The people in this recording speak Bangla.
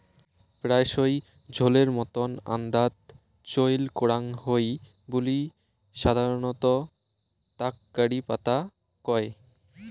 প্রায়শই ঝোলের মতন আন্দাত চইল করাং হই বুলি সাধারণত তাক কারি পাতা কয়